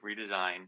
redesign